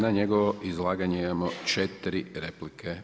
Na njegovo izlaganje imamo četiri replike.